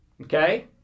Okay